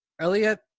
Elliot